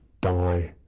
die